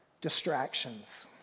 distractions